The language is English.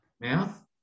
mouth